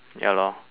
ya lor